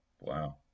Wow